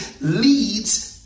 leads